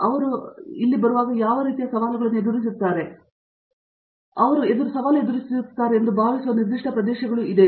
ಅವರು MS PhD ಪ್ರೋಗ್ರಾಂಗೆ ನೆಲೆಗೊಳ್ಳುವಲ್ಲಿ ಅವರು ಸವಾಲುಗಳನ್ನು ಎದುರಿಸುತ್ತಾರೆ ಎಂದು ನೀವು ಭಾವಿಸುವ ನಿರ್ದಿಷ್ಟ ಪ್ರದೇಶಗಳು ಇದೆಯೇ